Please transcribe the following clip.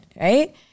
right